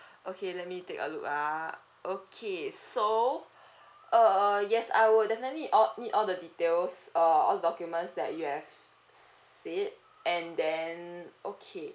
okay let me take a look ah okay so uh yes I will definitely all need all the details uh all the documents that you have said and then okay